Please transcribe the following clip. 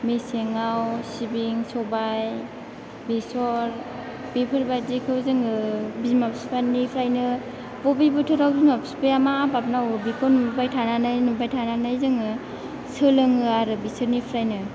मेसेंआव सिबिं सबाइ बेसर बेफोरबादिखौ जोङो बिमा बिफानिफ्रायनो बबे बोथोराव बिफा बिफाया मा आबाद मावो बेखौ नुबाय थानानै नुबाय थानानै जोङो सोलोङो आरो बिसोरनिफ्रायनो